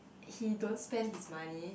he don't spend his money